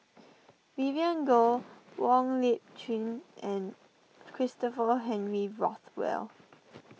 Vivien Goh Wong Lip Chin and Christopher Henry Rothwell